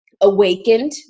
awakened